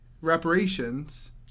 reparations